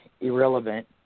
irrelevant